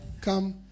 come